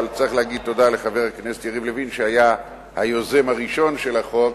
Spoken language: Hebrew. אבל צריך להגיד תודה לחבר הכנסת יריב לוין שהיה היוזם הראשון של החוק,